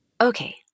Okay